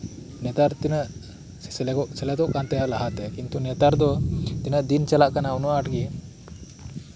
ᱱᱮᱛᱟᱨ ᱛᱤᱱᱟᱹᱜ ᱥᱮᱞᱮᱫ ᱠᱟᱱ ᱛᱟᱦᱮᱸ ᱞᱟᱦᱟᱛᱮ ᱠᱤᱱᱛᱩ ᱱᱮᱛᱟᱨ ᱫᱚ ᱛᱤᱱᱟᱹᱜ ᱫᱤᱱ ᱪᱟᱞᱟᱜ ᱠᱟᱱᱟ ᱩᱱᱟᱹᱜ ᱟᱸᱴ ᱜᱮ